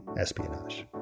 espionage